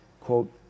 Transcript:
quote